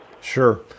sure